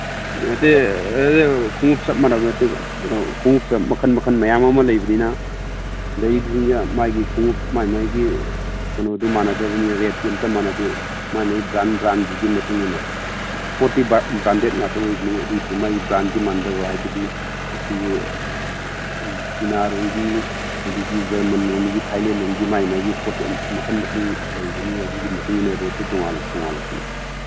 ꯅꯠꯇꯦ ꯈꯣꯡꯎꯞ ꯆꯞ ꯃꯥꯟꯅꯕ ꯅꯠꯇꯦ ꯈꯣꯡꯎꯞꯇ ꯃꯈꯟ ꯃꯈꯟ ꯃꯌꯥꯝ ꯑꯃ ꯂꯩꯕꯅꯤꯅ ꯑꯗꯒꯤꯗꯤ ꯃꯥꯒꯤ ꯈꯣꯡꯎꯞ ꯃꯥꯒꯤ ꯃꯥꯒꯤ ꯀꯩꯅꯣꯗꯨ ꯃꯥꯟꯅꯗꯕꯅꯤꯅ ꯔꯦꯠꯇꯤ ꯑꯝꯇ ꯃꯥꯟꯅꯗꯦ ꯃꯥꯒꯤ ꯃꯥꯒꯤ ꯕ꯭ꯔꯥꯟ ꯕ꯭ꯔꯥꯟꯗꯨꯒꯤ ꯃꯇꯨꯡꯏꯟꯅ ꯄꯣꯠꯇꯤ ꯕ꯭ꯔꯥꯟꯗꯦꯠ ꯉꯥꯛꯇ ꯑꯣꯏꯕꯅꯤ ꯑꯗꯨ ꯑꯣꯏꯔꯁꯨ ꯃꯥꯒꯤ ꯕ꯭ꯔꯥꯟꯗꯤ ꯃꯥꯟꯅꯗꯕ ꯍꯥꯏꯕꯗꯤ ꯁꯤꯒꯤ ꯑꯩꯈꯣꯏ ꯆꯤꯅꯥꯔꯣꯝꯒꯤ ꯑꯗꯒꯤ ꯖꯔꯃꯟꯂꯣꯝꯒꯤ ꯊꯥꯏꯂꯦꯟꯂꯣꯝꯒꯤ ꯃꯥꯒꯤ ꯃꯥꯒꯤ ꯄꯣꯠꯇꯣ ꯃꯈꯟ ꯃꯈꯟ ꯂꯩꯕꯅꯤꯅ ꯑꯗꯨꯒꯤ ꯃꯇꯨꯡꯏꯟꯅ ꯔꯦꯠꯇꯨ ꯇꯣꯉꯥꯟ ꯇꯣꯉꯥꯜꯂꯛꯄꯅꯤ